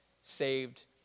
saved